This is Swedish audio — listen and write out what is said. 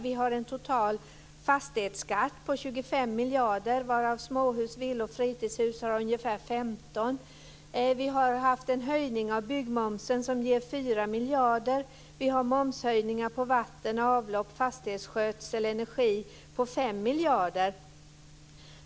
Vi har en total fastighetsskatt på 25 miljarder, varav småhus, villor och fritidshus har en fastighetsskatt på ungefär 15 miljarder. Det har skett en höjning av byggmomsen som ger 4 miljarder. Momshöjningar på vatten, avlopp, fastighetsskötsel och energi uppgår till 5 miljarder.